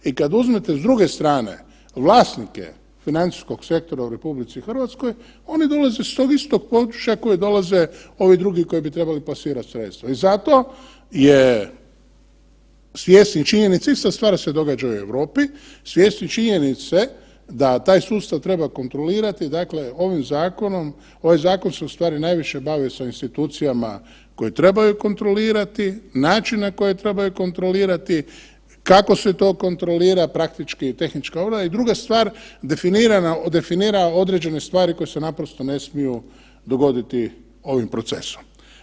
I kad uzmete s druge strane vlasnike financijskog sektora u RH oni dolaze s tog istog područja s kojeg dolaze ovi drugi koji bi trebali plasirati sredstva i zato je svjesni činjenice ista stvar se događa i u Europi, svjesni činjenice da taj sustav treba kontrolirati, dakle ovim zakonom, ovaj zakon se u stvari najviše bavi sa institucijama koje trebaju kontrolirati, način na koji trebaju kontrolirati, kako se to kontrolira praktički tehnička obrada i druga stvar definira određene stvari koje se naprosto ne smiju dogodi ovim procesom.